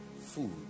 food